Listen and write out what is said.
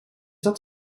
dat